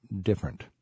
different